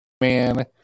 man